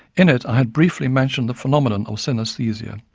in it i had briefly mentioned the phenomenon of synaesthesia,